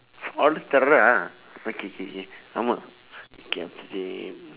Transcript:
alter ah oh K K K ஆமாம்:amam okay after that